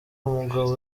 umugabo